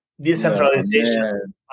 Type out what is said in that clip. Decentralization